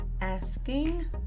asking